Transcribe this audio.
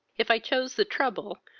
if i chose the trouble,